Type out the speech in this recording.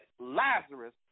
Lazarus